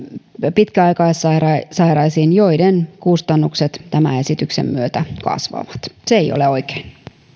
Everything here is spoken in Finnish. pitkäaikaissairaisiin joiden kustannukset tämän esityksen myötä kasvavat se ei ole oikein